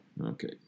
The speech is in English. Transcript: Okay